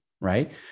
right